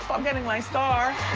i'm getting my star.